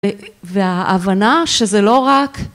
וההבנה שזה לא רק...